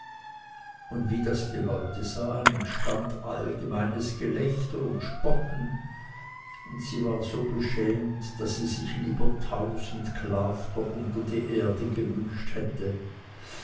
und wie das die leute sahen entstand ein allgemeines gelächter und spotten und sie war so beschämt daß sie sich lieber tausend klafter unter die erde gewünscht hätte